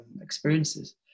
experiences